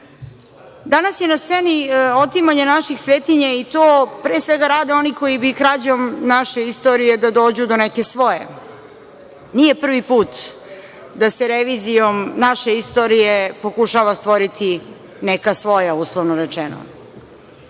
je na sceni otimanje naših svetinja i to pre svega rade oni koji bi krađom naše istorije da dođu do neke svoje. Nije prvi put da se revizijom naše istorije pokušava stvoriti neka svoja, uslovno rečeno.